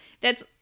thats